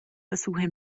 versuche